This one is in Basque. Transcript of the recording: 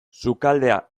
sukaldea